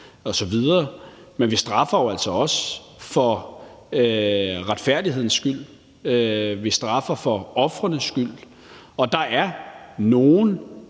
osv., men vi straffer jo altså også for retfærdighedens skyld, vi straffer for ofrenes skyld. Der er nogle